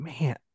Man